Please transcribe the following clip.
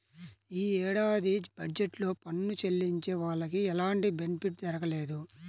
యీ ఏడాది బడ్జెట్ లో పన్ను చెల్లించే వాళ్లకి ఎలాంటి బెనిఫిట్ జరగలేదు